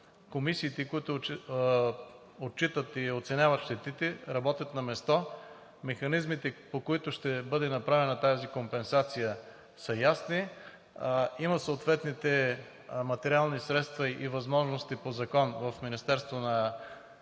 комисиите, които отчитат и оценяват щетите, работят на място, а механизмите, по които ще бъде направена тази компенсация, са ясни. Съответните материални средства и възможности ги има по закон в Министерството на земеделието,